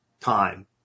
time